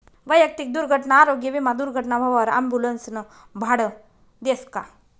वैयक्तिक दुर्घटना आरोग्य विमा दुर्घटना व्हवावर ॲम्बुलन्सनं भाडं देस का?